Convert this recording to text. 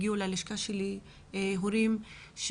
ללשכה שלי הגיעו פניות רבות של הורים שאמרו